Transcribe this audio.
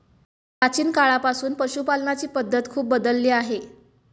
प्राचीन काळापासून पशुपालनाची पद्धत खूप बदलली आहे